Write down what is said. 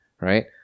right